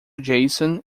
jason